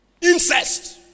Incest